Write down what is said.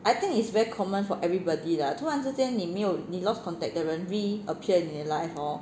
I think it's very common for everybody lah 突然之间你没有你 lost contact 的人 reappear in 你 life hor